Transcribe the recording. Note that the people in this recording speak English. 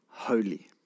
holy